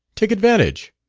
take advantage.